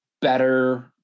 better